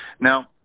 Now